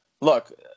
look